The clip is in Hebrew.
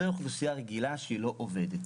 זאת אוכלוסייה רגילה לא עובדת.